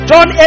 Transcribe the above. John